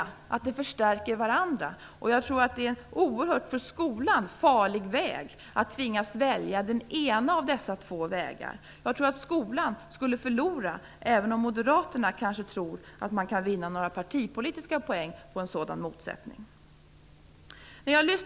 De här sakerna förstärker varandra. Jag tror att det för skolan är oerhört farligt att tvingas välja den ena av dessa två vägar. Skolan skulle nog förlora på det, även om Moderaterna kanske tror att det går att vinna några partipolitiska poäng på en sådan motsättning.